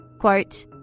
Quote